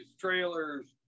trailers